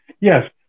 yes